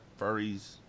furries